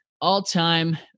All-time